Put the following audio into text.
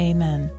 Amen